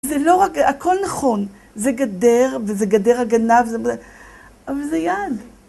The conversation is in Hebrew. זה לא רק... הכל נכון. זה גדר, וזה גדר הגנב, וזה... אבל זה יד